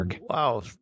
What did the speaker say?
Wow